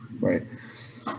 Right